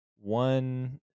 one